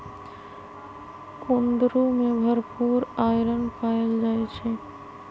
कुंदरू में भरपूर आईरन पाएल जाई छई